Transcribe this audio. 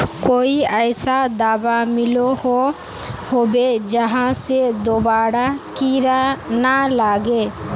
कोई ऐसा दाबा मिलोहो होबे जहा से दोबारा कीड़ा ना लागे?